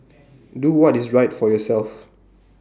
do what is right for yourself